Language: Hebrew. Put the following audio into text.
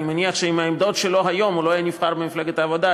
אני מניח שעם העמדות שלו הוא לא היה נבחר היום במפלגת העבודה,